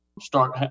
start